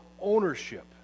ownership